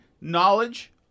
knowledge